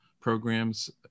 programs